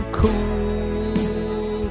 cool